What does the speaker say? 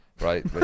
Right